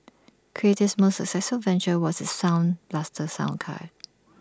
creative's most successful venture was its sound blaster sound card